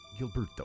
Gilberto